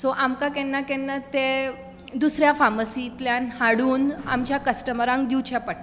so आमकां केन्ना केन्ना ते दुसऱ्या फार्मसींतल्यान हाडून आमच्या कस्टमरांक दिवचें पडटा